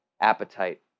appetite